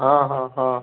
ହଁ ହଁ ହଁ